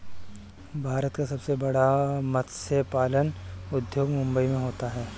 भारत का सबसे बड़ा मत्स्य पालन उद्योग मुंबई मैं होता है